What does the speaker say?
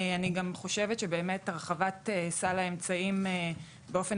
אני גם חושבת שהרחבת סל האמצעים באופן